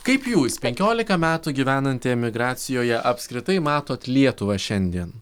kaip jūs penkiolika metų gyvenanti emigracijoje apskritai matot lietuvą šiandien